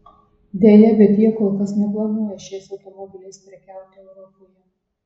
deja bet jie kol kas neplanuoja šiais automobiliais prekiauti europoje